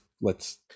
lets